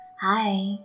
Hi